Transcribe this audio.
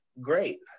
great